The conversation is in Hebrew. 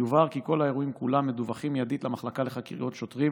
יובהר כי כל האירועים כולם מדווחים מיידית למחלקה לחקירות שוטרים